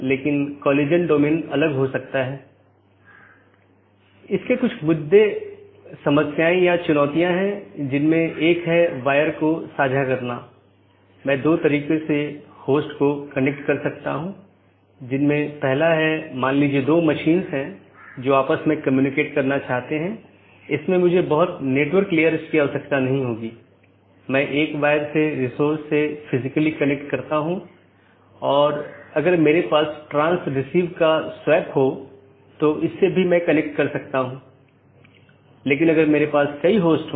इसलिए जो हम देखते हैं कि मुख्य रूप से दो तरह की चीजें होती हैं एक है मल्टी होम और दूसरा ट्रांजिट जिसमे एक से अधिक कनेक्शन होते हैं लेकिन मल्टी होमेड के मामले में आप ट्रांजिट ट्रैफिक की अनुमति नहीं दे सकते हैं और इसमें एक स्टब प्रकार की चीज होती है जहां केवल स्थानीय ट्रैफ़िक होता है मतलब वो AS में या तो यह उत्पन्न होता है या समाप्त होता है